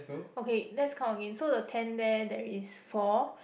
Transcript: okay let's count again so the tent there there is four